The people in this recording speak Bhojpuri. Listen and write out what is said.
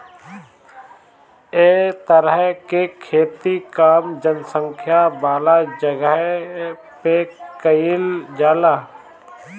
ए तरह के खेती कम जनसंख्या वाला जगह पे कईल जाला